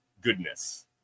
goodness